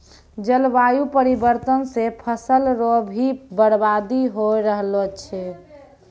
जलवायु परिवर्तन से फसल रो भी बर्बादी हो रहलो छै